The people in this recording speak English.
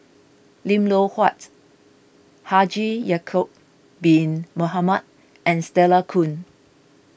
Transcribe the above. Lim Loh Huat Haji Ya'Acob Bin Mohamed and Stella Kon